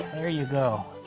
there you go.